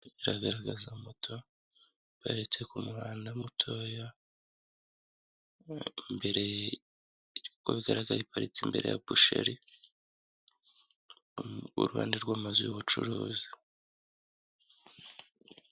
Iragaragaza moto iparitse ku muhanda mutoya, imbere, uko bigaragara iparitse imbere ya busheri, iruhande rw'amazu y'ubucuruzi.